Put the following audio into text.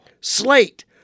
Slate